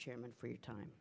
chairman for your time